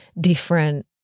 different